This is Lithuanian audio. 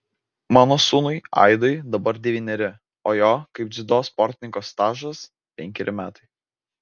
mano sūnui aidui dabar devyneri o jo kaip dziudo sportininko stažas penkeri metai